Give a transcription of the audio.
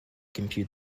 compute